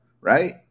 right